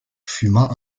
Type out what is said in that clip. fumant